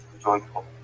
joyful